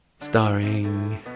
Starring